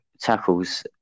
tackles